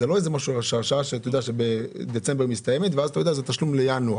זה לא שבדצמבר אתה יודע שזה תשלום בינואר,